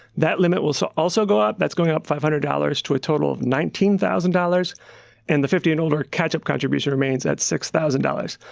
that limit will so also go up. that's going up five hundred dollars to a total of nineteen thousand dollars and the fifty and older catch-up contribution remains at six thousand dollars.